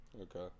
Okay